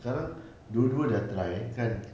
sekarang dua-dua sudah try kan